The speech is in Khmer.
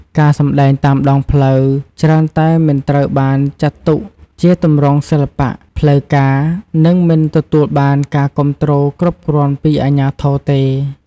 ការសម្ដែងតាមដងផ្លូវច្រើនតែមិនត្រូវបានចាត់ទុកជាទម្រង់សិល្បៈផ្លូវការ និងមិនទទួលបានការគាំទ្រគ្រប់គ្រាន់ពីអាជ្ញាធរទេ។